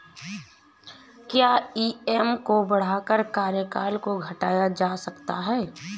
क्या ई.एम.आई को बढ़ाकर कार्यकाल को घटाया जा सकता है?